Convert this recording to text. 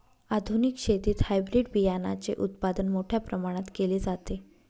आधुनिक शेतीत हायब्रिड बियाणाचे उत्पादन मोठ्या प्रमाणात केले जाते